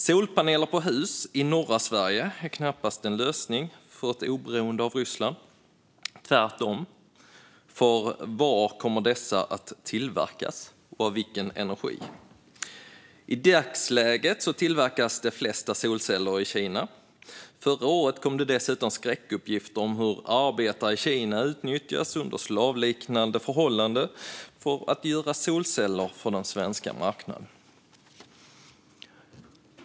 Solpaneler på hus i norra Sverige är knappast en lösning för att bli oberoende av Ryssland - tvärtom, för var kommer dessa att tillverkas, och med vilken energi? I dagsläget tillverkas de flesta solceller i Kina. Förra året kom det dessutom skräckuppgifter om hur arbetare i Kina utnyttjas under slavliknande förhållanden för att göra solceller för den svenska marknaden.